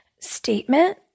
statement